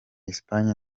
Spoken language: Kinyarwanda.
espagne